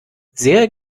sehr